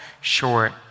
short